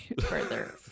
further